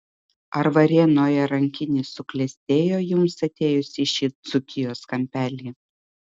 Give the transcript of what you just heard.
ar varėnoje rankinis suklestėjo jums atėjus į šį dzūkijos kampelį